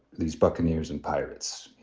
these buccaneers and pirates,